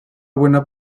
buena